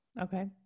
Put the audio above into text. Okay